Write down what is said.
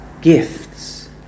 gifts